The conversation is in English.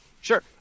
Sure